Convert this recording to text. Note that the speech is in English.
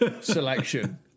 selection